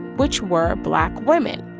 which were black women